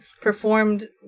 performed